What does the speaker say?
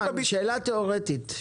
שאלה תיאורטית,